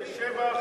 שאמה,